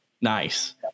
Nice